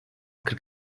kırk